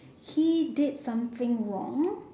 he did something wrong